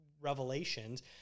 revelations